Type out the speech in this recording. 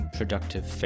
productive